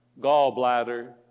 gallbladder